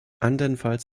andernfalls